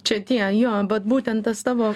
čia tie jo vat būtent tas tavo